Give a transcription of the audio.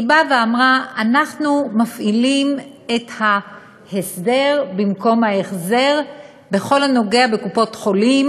היא אמרה: אנחנו מפעילים את ה"הסדר במקום החזר" בכל הקשור לקופות-חולים,